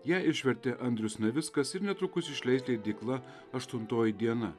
ją išvertė andrius navickas ir netrukus išleis leidykla aštuntoji diena